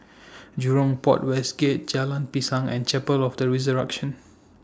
Jurong Port West Gate Jalan Pisang and Chapel of The Resurrection